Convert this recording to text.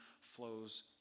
flows